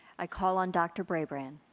i call on dr. bribrand.